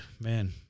man